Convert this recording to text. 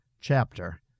chapter